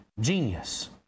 genius